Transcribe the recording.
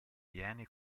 viene